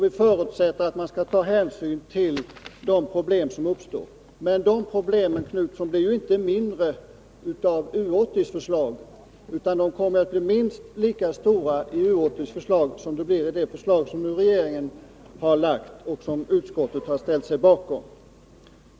Vi förutsätter att hänsyn tas till de problem som uppstår. Men de problemen blir ju inte mindre, Göthe Knutson, av U 80:s förslag, utan de kommer att bli minst lika stora av U 80:s förslag som av regeringens förslag, vilket utskottet har ställt sig bakom.